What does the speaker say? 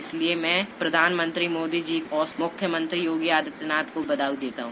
इसलिये मैं प्रधानमंत्री मोदी जी और मुख्यमंत्री योगी आदित्यनाथ जी को बधाई देता हूं